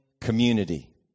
community